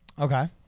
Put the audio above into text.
Okay